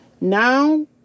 Now